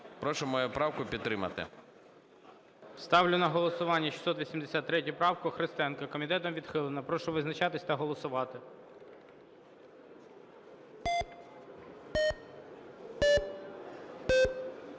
Прошу мою правку підтримати. ГОЛОВУЮЧИЙ. Ставлю на голосування 683 правку Христенка. Комітетом відхилена. Прошу визначатись та голосувати.